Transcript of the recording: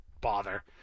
bother